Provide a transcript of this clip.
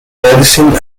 medicine